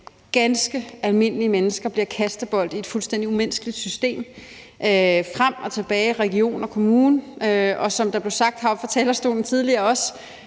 ganske almindelige mennesker bliver kastebold i et fuldstændig umenneskeligt system – frem og tilbage mellem region og kommune. Og som der også blev sagt heroppe fra talerstolen tidligere: